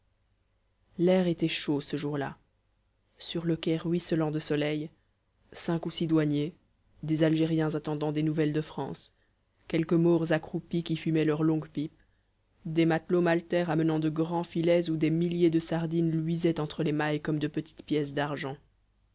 l'air était chaud ce jour-là sur le quai ruisselant de soleil cinq ou six douaniers des algériens attendant des nouvelles de france quelques maures accroupis qui fumaient leurs longues pipes des matelots maltais ramenant de grands filets où des milliers de sardines luisaient entre les mailles comme de petites pièces d'argent